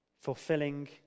fulfilling